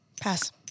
Pass